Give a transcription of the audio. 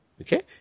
Okay